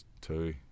two